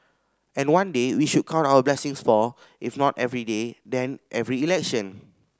and one day we should count our blessings for if not every day then every election